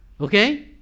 okay